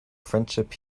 friendship